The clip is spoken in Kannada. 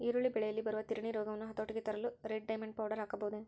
ಈರುಳ್ಳಿ ಬೆಳೆಯಲ್ಲಿ ಬರುವ ತಿರಣಿ ರೋಗವನ್ನು ಹತೋಟಿಗೆ ತರಲು ರೆಡ್ ಡೈಮಂಡ್ ಪೌಡರ್ ಹಾಕಬಹುದೇ?